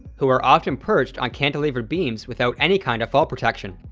who were often perched on cantilevered beams without any kind of fall protection.